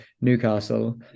Newcastle